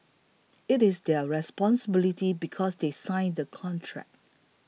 it is their responsibility because they sign the contract